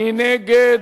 מי נגד?